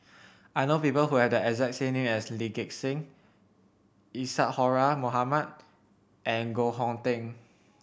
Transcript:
I know people who have the exact name as Lee Gek Seng Isadhora Mohamed and Koh Hong Teng